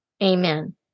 Amen